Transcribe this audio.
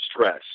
stress